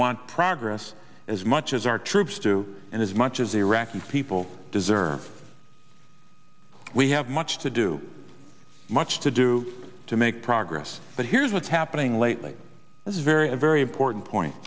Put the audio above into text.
want progress as much as our troops do and as much as iraqi people deserve we have much to do much to do to make progress but here's what's happening lately this is very a very important point